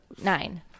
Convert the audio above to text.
nine